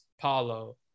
Paulo